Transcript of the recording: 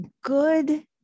good